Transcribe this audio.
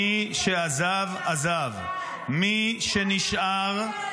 מי שעזב, עזב -- למה?